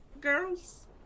girls